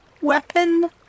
weapon